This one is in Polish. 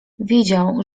wiedział